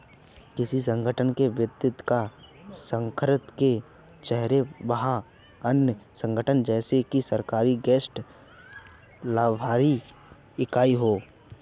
किसी संगठन के वित्तीय का सारांश है चाहे वह अन्य संगठन जैसे कि सरकारी गैर लाभकारी इकाई हो